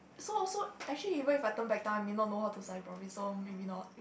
so also actually even if I turn back time you know know how to study properly so maybe not